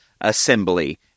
assembly